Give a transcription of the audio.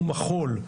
או מחול,